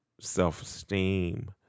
self-esteem